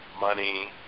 money